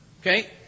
Okay